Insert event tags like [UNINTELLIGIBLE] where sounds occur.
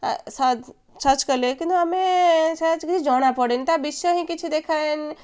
[UNINTELLIGIBLE] search କଲେ କିନ୍ତୁ ଆମେ ସର୍ଚ୍ଚ କିଛି ଜଣାପଡ଼େନି ତା ବିଷୟ ହିଁ କିଛି ଦେଖାଏ ନାହିଁ